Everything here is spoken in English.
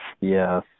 Yes